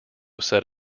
set